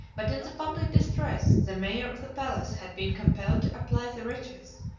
but in the public distress, the mayor of the palace had been compelled to apply the riches,